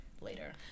later